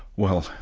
well,